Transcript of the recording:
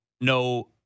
no